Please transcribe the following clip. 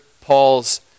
Paul's